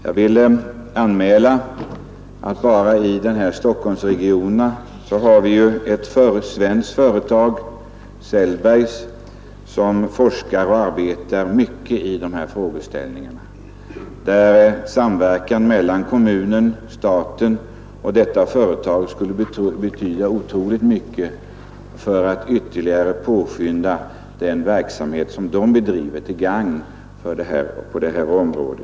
Jag vill påpeka att vi inom Stockholmsregionen har ett svenskt företag A. Z. Sellbergs AB som forskar och arbetar mycket med dessa frågeställningar. En samverkan mellan kommunen, staten och detta företag skulle betyda oerhört mycket för att påskynda Sellbergs arbete, till gagn för verksamheten på detta område.